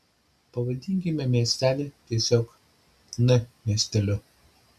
pavadinkime miestelį tiesiog n miesteliu